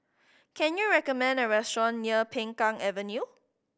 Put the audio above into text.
can you recommend a restaurant near Peng Kang Avenue